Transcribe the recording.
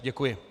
Děkuji.